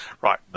Right